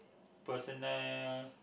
personal